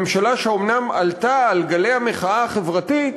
ממשלה שאומנם עלתה על גלי המחאה החברתית,